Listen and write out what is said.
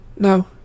No